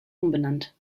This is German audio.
umbenannt